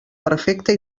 perfecta